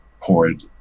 poured